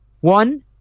One